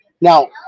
Now